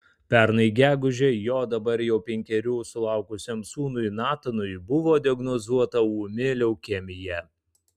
pernai gegužę jo dabar jau penkerių sulaukusiam sūnui natanui buvo diagnozuota ūmi leukemija